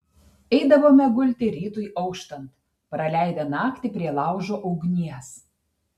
eidavome gulti rytui auštant praleidę naktį prie laužo ugnies